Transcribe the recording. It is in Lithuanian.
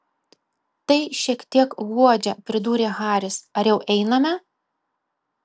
tai šiek tiek guodžia pridūrė haris ar jau einame